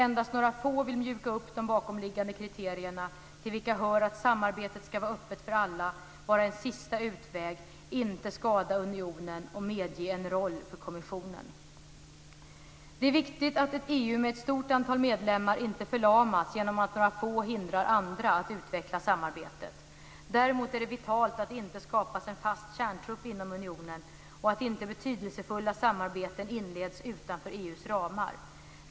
Endast några få vill mjuka upp de bakomliggande kriterierna, till vilka hör att samarbetet ska vara öppet för alla, vara en sista utväg, inte skada unionen och medge en roll för kommissionen. Det är viktigt att ett EU med ett stort antal medlemmar inte förlamas genom att några få hindrar andra att utveckla samarbetet. Däremot är det vitalt att det inte skapas en fast kärntrupp inom unionen och att inte betydelsefulla samarbeten inleds utanför EU:s ramar.